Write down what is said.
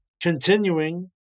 continuing